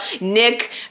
Nick